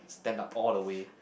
stand up all the way